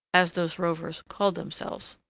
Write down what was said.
as those rovers called themselves.